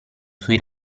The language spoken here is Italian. sui